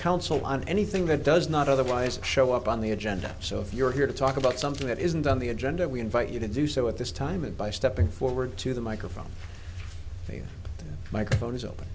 council on anything that does not otherwise show up on the agenda so if you're here to talk about something that isn't on the agenda we invite you to do so at this time and by stepping forward to the microphone microphones open